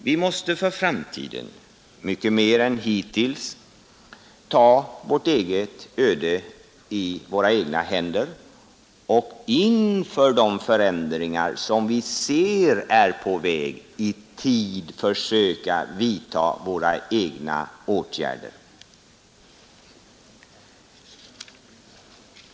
Vi måste för framtiden mycket mer än hittills ta vårt öde i våra egna händer och inför de förändringar som vi ser är på väg i tid försöka vidta våra egna åtgärder.